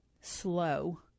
slow